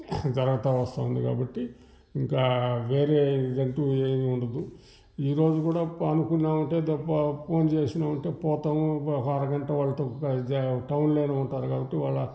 జరగతూ వస్తూవుంది కాబట్టి ఇంకా వేరే ఇదంటూ ఏమి ఉండదు ఈరోజు కూడా అనుకున్నామంటే తప్ప ఫోన్ చేసినామంటే పోతాము ఒక అరగంట వాళ్ళతో జర టౌన్లో ఉంటారు కాబట్టి వాళ్ళ